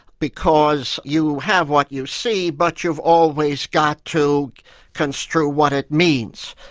because you have what you see, but you've always got to construe what it means,